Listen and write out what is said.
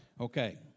Okay